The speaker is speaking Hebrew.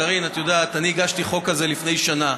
קארין, את יודעת, אני הגשתי חוק כזה לפני שנה,